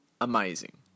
amazing